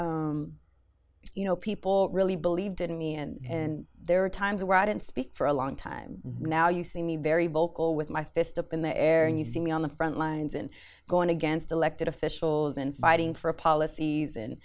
that you know people really believed in me and there were times where i didn't speak for a long time now you see me very vocal with my fists up in the air and you see me on the frontlines in going against elected officials and fighting for